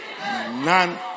None